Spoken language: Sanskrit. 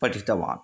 पठितवान्